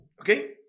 okay